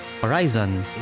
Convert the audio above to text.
Horizon